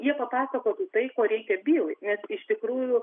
jie papasakotų tai ko reikia bylai nes iš tikrųjų